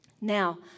Now